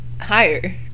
higher